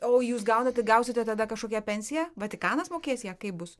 o jūs gaunate gausite tada kažkokią pensiją vatikanas mokės ją kaip bus